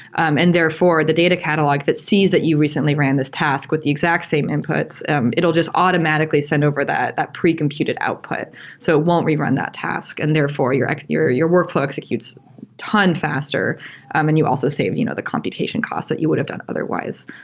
um and therefore the data catalog, if it sees that you recently ran this task with the exact same inputs, it will just automatically send over that that pre-computed output so it won't rerun that task, and therefore your your workflow executes a ton faster um and you also save you know the computation cost that you would have done otherwise.